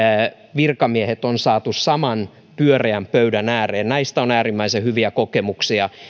virkamiehet on saatu saman pyöreän pöydän ääreen näistä on äärimmäisen hyviä kokemuksia